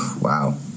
Wow